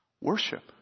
worship